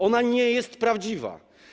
Ona nie jest prawdziwa.